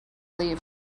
leave